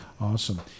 Awesome